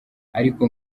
ariko